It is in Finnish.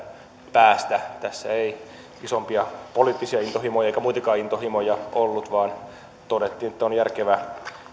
päästä tässä ei isompia poliittisia intohimoja eikä muitakaan intohimoja ollut vaan todettiin että on järkevää